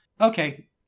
Okay